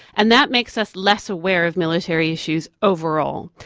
and that makes us less aware of military issues overall.